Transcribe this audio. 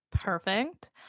Perfect